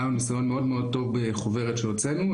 היה לנו ניסיון מאוד מאוד טוב בחוברת שהוצאנו.